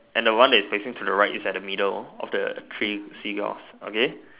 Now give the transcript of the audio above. and the one that is facing to the right is in the middle of the three Seagulls okay